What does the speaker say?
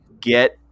get